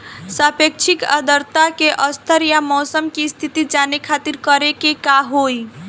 सापेक्षिक आद्रता के स्तर या मौसम के स्थिति जाने खातिर करे के होई?